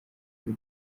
kuri